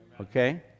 Okay